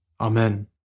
Amen